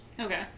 Okay